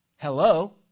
Hello